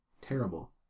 Terrible